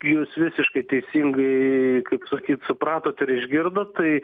jūs visiškai teisingai kaip sakyt supratot ir išgirdot tai